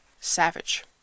savage